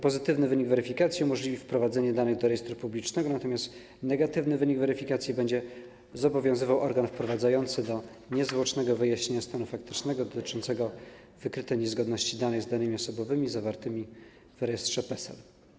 Pozytywny wynik weryfikacji umożliwi wprowadzenie danych do rejestru publicznego, natomiast negatywny wynik weryfikacji będzie zobowiązywał organ wprowadzający do niezwłocznego wyjaśnienia stanu faktycznego dotyczącego wykrytej niezgodności danych z danymi osobowymi zawartymi w rejestrze PESEL.